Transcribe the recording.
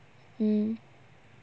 mmhmm